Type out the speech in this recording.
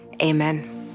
Amen